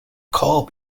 call